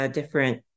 different